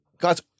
guys